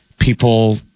People